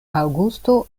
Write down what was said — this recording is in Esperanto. aŭgusto